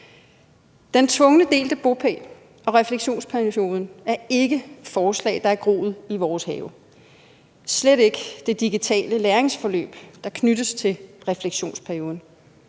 Den tvungne delte bopæl og refleksionsperioden er ikke et forslag, der har groet i vores baghave, slet ikke det digitale læringsforløb, der knyttes til refleksionsperioden.